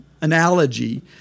analogy